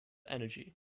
energy